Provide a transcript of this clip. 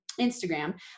Instagram